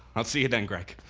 i'll see you then greg